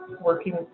working